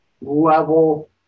level